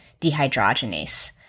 dehydrogenase